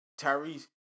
Tyrese